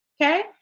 Okay